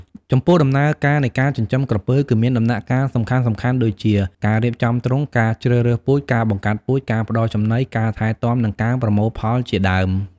ចំពោះដំណើរការនៃការចិញ្ចឹមក្រពើ គឺមានដំណាក់កាលសំខាន់ៗដូចជា ការរៀបចំទ្រុង ការជ្រើសរើសពូជ ការបង្កាត់ពូជ ការផ្តល់ចំណី ការថែទាំ និងការប្រមូលផលជាដើម។